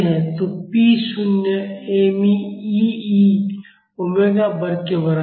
तो पी शून्य me E omega वर्ग के बराबर है